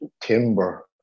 Timber